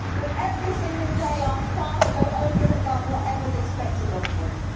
but every single day our staff go over and above whatever is expected of them.